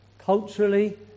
Culturally